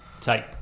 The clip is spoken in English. take